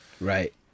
right